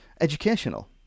educational